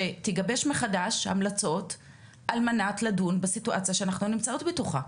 שתגבש מחדש המלצות על מנת לדון בסיטואציה שאנחנו נמצאות בתוכה.